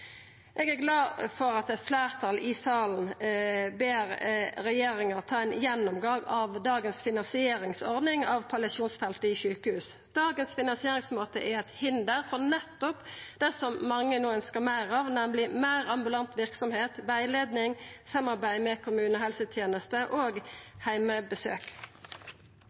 Eg er glad for at eit fleirtal i salen ber regjeringa ta ein gjennomgang av dagens finansieringsordning for palliasjonsfeltet i sjukehus. Dagens finansieringsmåte er eit hinder for nettopp det som mange no ønskjer meir av, nemleg meir ambulant verksemd, rettleiing, samarbeid med kommunehelseteneste og heimebesøk.